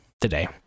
today